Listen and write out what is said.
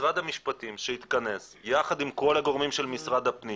שמשרד המשפטים יתכנס יחד עם כל הגורמים במשרד הפנים